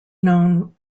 known